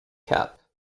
cap